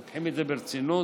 לוקחים את זה ברצינות,